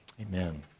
Amen